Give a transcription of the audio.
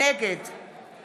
נגד